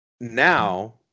Now